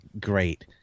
Great